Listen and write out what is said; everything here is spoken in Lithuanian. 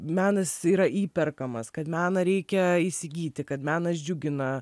menas yra įperkamas kad meną reikia įsigyti kad menas džiugina